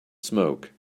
smoke